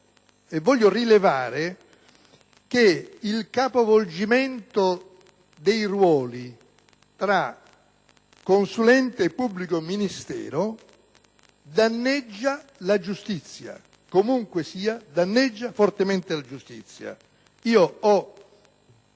Voglio rilevare che il capovolgimento dei ruoli tra consulente e pubblico ministero, comunque sia, danneggia fortemente la giustizia.